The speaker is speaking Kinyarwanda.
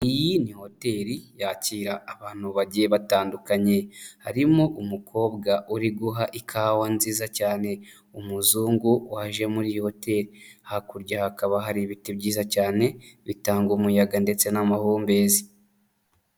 Iyi ni hoteri yakira abantu bagiye batandukanye, harimo umukobwa uri guha ikawa nziza cyane umuzungu waje muri iyo hoteli, hakurya hakaba hari ibiti byiza cyane bitanga umuyaga ndetse n'amahumbezi.